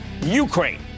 Ukraine